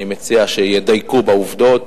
אני מציע שידייקו בעובדות.